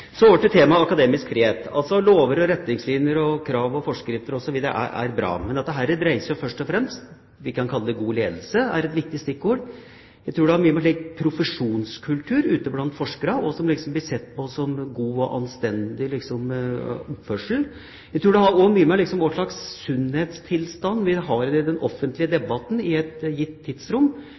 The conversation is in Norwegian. Så over til temaet akademisk frihet. Lover og retningslinjer, krav og forskrifter osv. er bra. Men dette dreier seg først og fremst om det vi kan kalle god ledelse, som er et viktig stikkord. Jeg tror det har mye med en profesjonskultur ute blant forskerne å gjøre, hva som blir sett på som god og anstendig oppførsel. Jeg tror også det har mye med hva slags sunnhetstilstand vi har i den offentlige debatten i et gitt tidsrom,